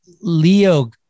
Leo